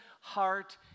heart